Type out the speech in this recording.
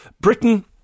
britain